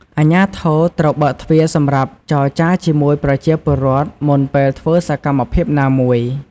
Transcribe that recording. អាជ្ញាធរត្រូវបើកទ្វារសម្រាប់ចរចាជាមួយប្រជាពលរដ្ឋមុនពេលធ្វើសកម្មភាពណាមួយ។